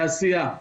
תעשייה.